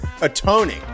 atoning